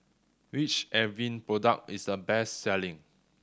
which Avene product is the best selling